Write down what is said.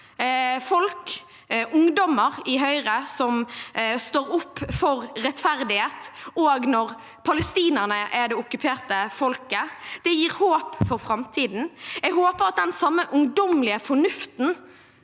folk, ungdommer, i Høyre som står opp for rettferdighet, også når palestinerne er det okkuperte folket. Det gir håp for framtiden. Jeg håper at den samme ungdommelige fornuften